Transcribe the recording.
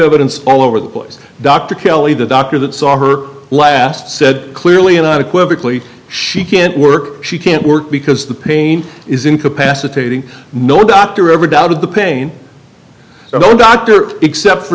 evidence all over the place dr kelly the doctor that saw her last said clearly and unequivocally she can't work she can't work because the pain is incapacitating no doctor ever doubted the pain so dr except for